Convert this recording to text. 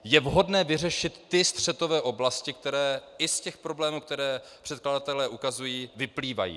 Je vhodné vyřešit střetové oblasti, které i z těch problémů, které předkladatelé ukazují, vyplývají.